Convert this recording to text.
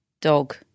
dog